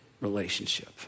relationship